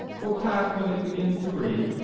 will pack when it begins to rain,